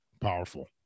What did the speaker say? powerful